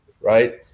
right